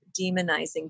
demonizing